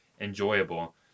enjoyable